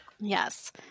Yes